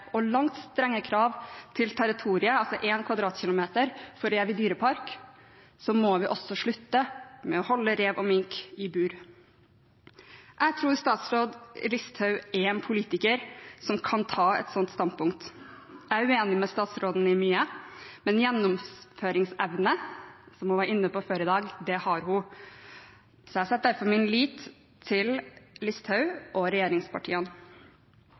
og langt strengere krav til territoriet, at det er 1 km2 for rev i dyrepark, må vi også slutte med å holde rev og mink i bur. Jeg tror statsråd Listhaug er en politiker som kan ta et slikt standpunkt. Jeg er uenig med statsråden i mye, men gjennomføringsevne – som hun var inne på før i dag – det har hun. Jeg setter derfor min lit til Listhaug og regjeringspartiene.